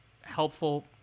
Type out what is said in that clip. helpful